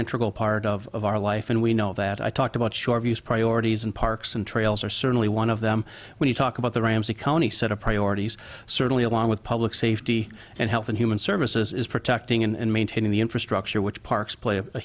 integral part of our life and we know that i talked about short fuse priorities and parks and trails are certainly one of them when you talk about the ramsey county set of priorities certainly along with public safety and health and human services is protecting and maintaining the infrastructure which parks play a